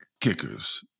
kickers